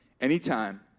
anytime